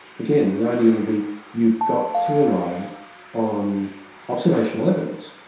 again, the idea will be you've got to rely on observational evidence,